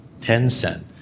Tencent